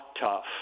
tough